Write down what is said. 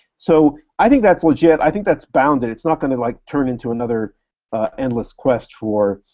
so i think that's legit. i think that's bounded. it's not gonna like turn into another endless quest for